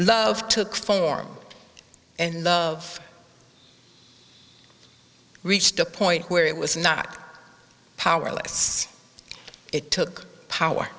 love took form and love reached a point where it was not powerless it took power